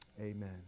Amen